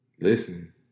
Listen